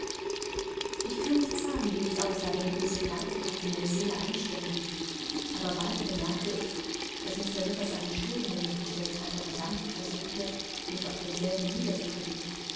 ich kann nicht sagen wie ich aussah während diese gedanken auf meine seele einstürmten aber bald bemerkte ich daß mr rivers einen stuhl hinter mich gestellt hatte und sanft versuchte mich auf denselben nieder